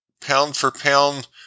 pound-for-pound